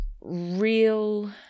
real